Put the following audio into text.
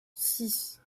six